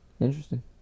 Interesting